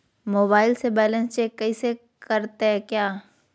Mobile से balance check करते हैं क्या?